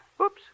Oops